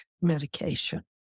medication